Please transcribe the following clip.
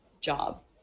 job